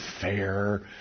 fair